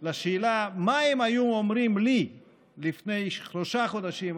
על השאלה מה הם היו אומרים לי לפני שלושה חודשים,